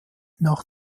nach